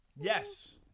yes